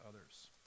others